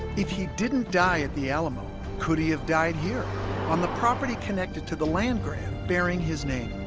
if he didn't die at the alamo could he have died here on the property connected to the land grant bearing his name